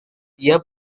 dia